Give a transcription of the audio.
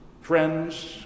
friends